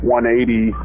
180